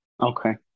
Okay